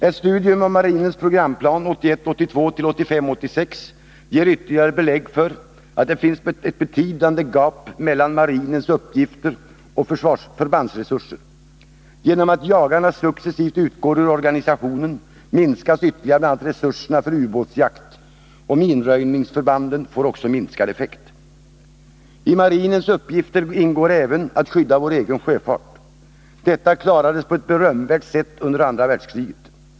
Ett studium av marinens programplan 1981 86 ger ytterligare belägg för att det finns ett betydande gap mellan marinens uppgifter och förbandsresurser. Genom att jagarna successivt utgår ur organisationen minskas ytterligare bl.a. resurserna för ubåtsjakt, och minröjningsförbanden får också minskad effekt. I marinens uppgifter ingår även att skydda vår egen sjöfart. Detta klarades på ett berömvärt sätt under andra världskriget.